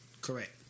Correct